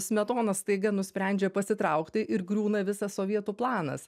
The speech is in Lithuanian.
smetona staiga nusprendžia pasitraukti ir griūna visas sovietų planas